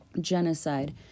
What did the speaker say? genocide